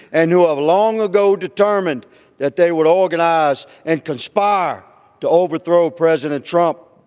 and who have long ago determined that they would organize and conspire to overthrow president trump.